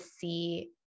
see